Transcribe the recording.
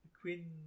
Queen